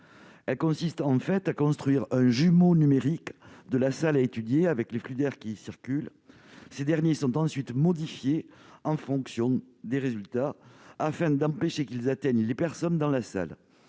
Elle consiste à construire un « jumeau numérique » de la salle pour y étudier les flux d'air. Ces derniers sont ensuite modifiés en fonction des résultats, afin d'empêcher qu'ils atteignent les personnes dans la salle.